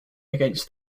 against